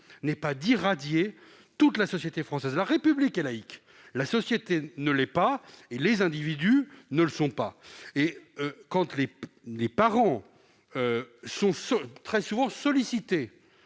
vocation à irradier toute la société française. La République est laïque ; la société et les individus ne le sont pas. Les parents sont très souvent sollicités